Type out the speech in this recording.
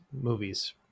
movies